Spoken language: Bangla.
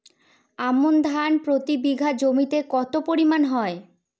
আমন ধান প্রতি বিঘা জমিতে কতো পরিমাণ হয়?